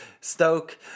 Stoke